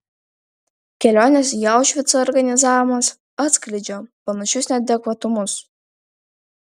kelionės į aušvicą organizavimas atskleidžia panašius neadekvatumus